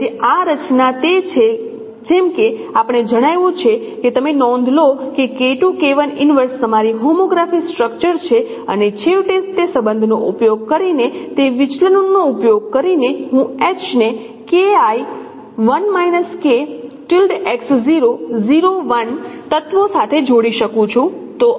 તેથી આ રચના તે છે જેમકે આપણે જણાવ્યું છે કે તમે નોંધ લો કે તમારી હોમોગ્રાફી સ્ટ્રક્ચર છે અને છેવટે તે સંબંધોનો ઉપયોગ કરીને તે વિચલનોનો ઉપયોગ કરીને હું H ને તત્વો સાથે જોડી શકું છું